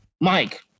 Mike